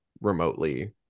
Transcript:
remotely